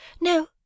No